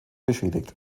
beschädigt